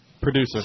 Producer